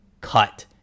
Cut